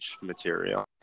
material